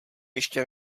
ještě